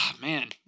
man